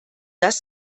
das